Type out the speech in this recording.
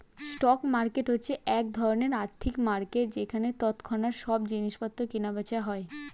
stock market হচ্ছে এক ধরণের আর্থিক মার্কেট যেখানে তৎক্ষণাৎ সব জিনিসপত্র কেনা বেচা হয়